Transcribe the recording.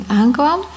aankwam